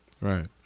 Right